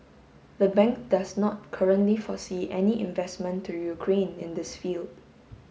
the bank does not currently foresee any investment to Ukraine in this field